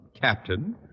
Captain